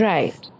Right